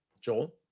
Joel